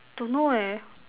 don't know eh